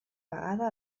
vegada